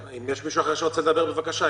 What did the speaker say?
אם יש מישהו אחר שרוצה לדבר, בבקשה.